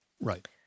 right